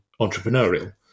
entrepreneurial